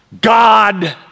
God